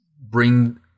bring